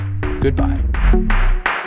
Goodbye